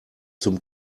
zum